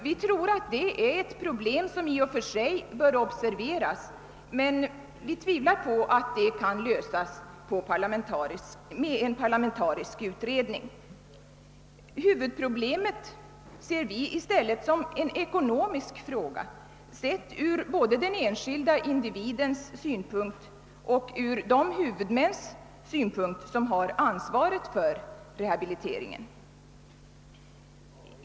Vi tror att det är ett problem som i och för sig bör observeras, men vi tvivlar på att det kan lösas med en parlamentarisk utredning. Huvudproblemet ser vi i stället som en ekonomisk fråga — sett ur både den enskilda individens synpunkt och ur de huvudmäns synpunkt som har ansvaret för rehabiliteringen.